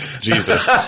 Jesus